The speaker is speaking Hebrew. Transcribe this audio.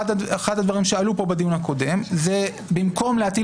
אחד הדברים שעלו פה בדיון הקודם הוא שבמקום להטיל